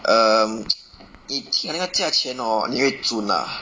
um 你听了那个价钱 hor 你会 zun ah